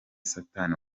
satani